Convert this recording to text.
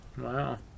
Wow